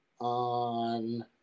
on